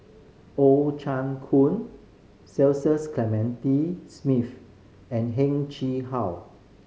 Oh Chai Hoo Cecil Clementi Smith and Heng Chee How